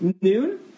noon